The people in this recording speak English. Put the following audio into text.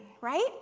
right